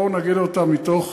אבל בואו נגיד אותה מתוך